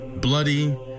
bloody